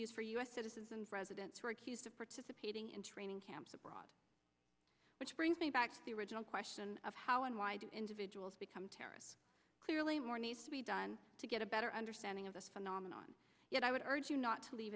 used for u s citizens residents who are accused of participating in training camps abroad which brings me back to the original question of how and why did individuals become terrorists clearly more needs to be done to get a better understanding of this phenomenon yet i would urge you not to leave